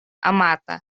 amata